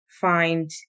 find